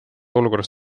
olukorras